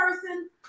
person